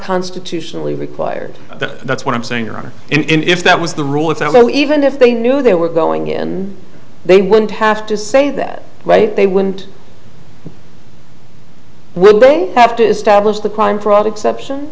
constitutionally required that that's what i'm saying or if that was the rule of thumb even if they knew they were going in they wouldn't have to say that right they wouldn't will they have to establish the crime fraud exception